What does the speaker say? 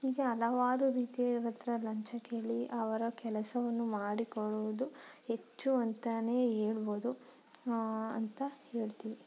ಹೀಗೆ ಹಲವಾರು ರೀತಿಯವರ ಹತ್ರ ಲಂಚ ಕೇಳಿ ಅವರ ಕೆಲಸವನ್ನು ಮಾಡಿ ಕೊಡುವುದು ಹೆಚ್ಚು ಅಂತಾನೇ ಹೇಳ್ಬೋದು ಅಂತ ಹೇಳ್ತೀವಿ